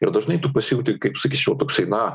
ir dažnai tu pasijauti kaip sakyčiau toksai na